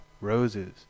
roses